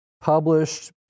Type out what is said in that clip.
published